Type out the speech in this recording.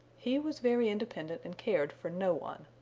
he was very independent and cared for no one.